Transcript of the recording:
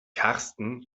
karsten